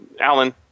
Alan